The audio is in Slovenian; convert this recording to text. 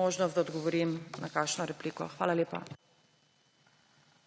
možnost, da odgovorim na kakšno repliko. Hvala lepa.